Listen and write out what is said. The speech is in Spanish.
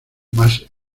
más